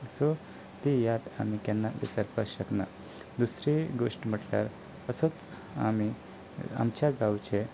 so ती याद आमी केन्ना विसरपाक शकना दुसरी गोश्ट म्हटल्यार असोच आमी आमच्या गांवचे